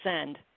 send